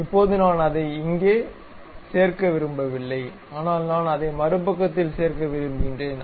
இப்போது நான் அதை இங்கே சேர்க்க விரும்பவில்லை ஆனால் நான் அதை மறுபக்கத்தில் சேர்க்க விரும்புகிறேன்